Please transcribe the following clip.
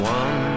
one